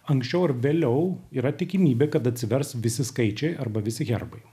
anksčiau ar vėliau yra tikimybė kad atsivers visi skaičiai arba visi herbai